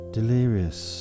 Delirious